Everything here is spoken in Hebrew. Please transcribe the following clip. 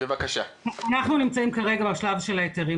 אנחנו נמצאים כרגע בשלב של ההיתרים,